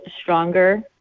stronger